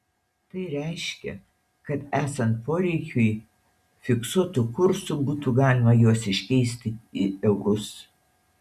tai reiškia kad esant poreikiui fiksuotu kursu būtų galima juos iškeisti į eurus